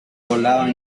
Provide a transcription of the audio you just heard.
volaban